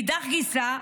מאידך גיסא,